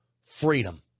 freedom